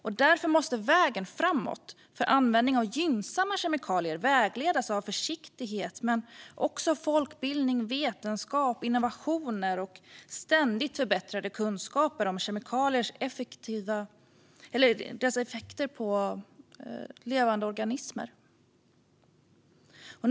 Därför måste vägen framåt för användningen av gynnsamma kemikalier vägledas av försiktighet men också av folkbildning, vetenskap, innovationer och ständigt förbättrade kunskaper om kemikaliers effekter på levande organismer.